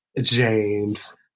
James